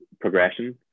progression